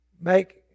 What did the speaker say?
make